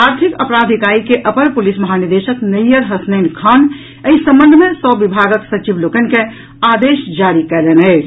आर्थिक अपराध इकाई के अपर पुलिस महानिदेशक नैयर हसनैन खान एहि संबंध मे सभ विभागक सचिव लोकनि के आदेश जारी कयलनि अछि